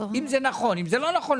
זה בתנאי שזה נכון, ואם זה לא נכון,